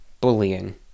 bullying